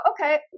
okay